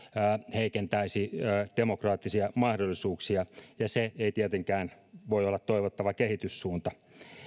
heikentäisi demokraattisia mahdollisuuksia ja se ei tietenkään voi olla toivottava kehityssuunta